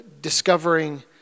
discovering